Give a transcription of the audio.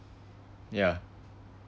yeah